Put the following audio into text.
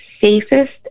safest